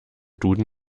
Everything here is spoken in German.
duden